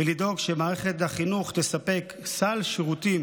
היא לדאוג שמערכת החינוך תספק סל שירותים